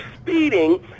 speeding